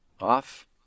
Off